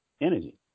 energy